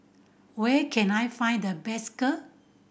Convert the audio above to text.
where can I find the best Kheer